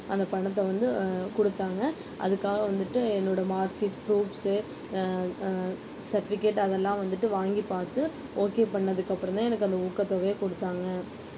அந்த பணத்தை வந்து கொடுத்தாங்க அதுக்காக வந்துவிட்டு என்னோடய மார்க் ஸீட் ப்ரூப்ஸூ சர்டிவிக்கேட் அதெலாம் வந்துவிட்டு வாங்கிப் பார்த்து ஓகே பண்ணதுக்கப்புறந்தேன் எனக்கு அந்த ஊக்கத்தொகையே கொடுத்தாங்க